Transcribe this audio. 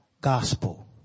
gospel